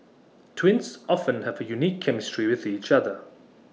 twins often have A unique chemistry with each other